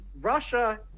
Russia